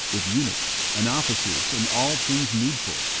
with eunuchs and officers and all things needful,